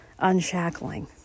unshackling